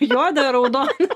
juodą raudoną